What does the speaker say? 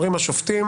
אומרים השופטים